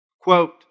Quote